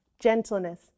gentleness